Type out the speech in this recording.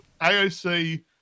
AOC